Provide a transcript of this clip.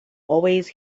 always